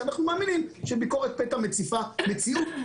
אנחנו מאמינים שביקורת פתע מציפה מציאות.